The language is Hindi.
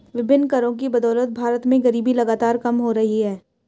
विभिन्न करों की बदौलत भारत में गरीबी लगातार कम हो रही है